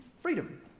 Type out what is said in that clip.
freedom